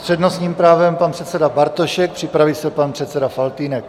S přednostním právem pan předseda Bartošek, připraví se pan předseda Faltýnek.